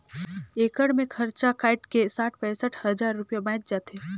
एकड़ मे खरचा कायट के साठ पैंसठ हजार रूपिया बांयच जाथे